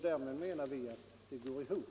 Därmed menar vi att det går ihop.